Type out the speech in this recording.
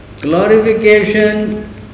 Glorification